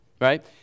right